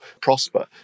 prosper